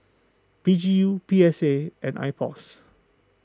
P G U P S A and Ipos